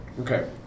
Okay